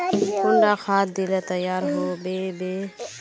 कुंडा खाद दिले तैयार होबे बे?